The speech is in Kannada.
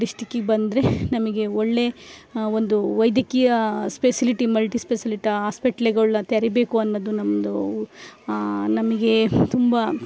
ಡಿಸ್ಟಿಕಿಗೆ ಬಂದರೆ ನಮಗೆ ಒಳ್ಳೆ ಒಂದು ವೈದ್ಯಕೀಯ ಸ್ಪೆಸಿಲಿಟಿ ಮಲ್ಟಿ ಸ್ಪೆಸಿಲಿಟ ಹಾಸ್ಪೆಟ್ಲ್ಗಳ್ನ ತೆರಿಬೇಕು ಅನ್ನೋದು ನಮ್ಮದು ನಮಗೆ ತುಂಬ